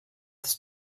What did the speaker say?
ist